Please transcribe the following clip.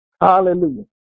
Hallelujah